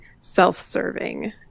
self-serving